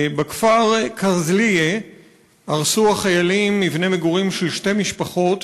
בכפר כרזליה הרסו החיילים מבנה מגורים של שתי משפחות,